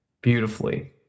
beautifully